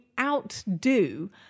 outdo